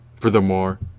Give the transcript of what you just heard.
Furthermore